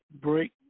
break